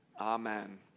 amen